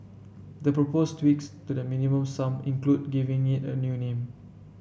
the proposed tweaks to the Minimum Sum include giving it a new name